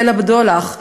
"ליל הבדולח",